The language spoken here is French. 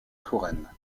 touraine